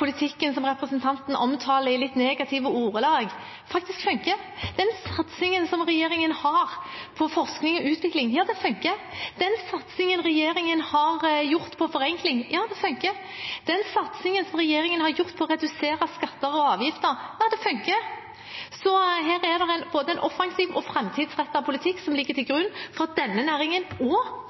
politikken som representanten omtaler i litt negative ordelag, faktisk fungerer. Den satsingen regjeringen har på forskning og utvikling, fungerer. Den satsingen regjeringen har hatt for forenkling, fungerer, og den satsingen regjeringen har hatt for å redusere skatter og avgifter, fungerer. Så her er det en både offensiv og framtidsrettet politikk som ligger til grunn for at denne næringen og